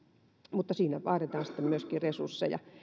mutta siihen vaaditaan sitten myöskin resursseja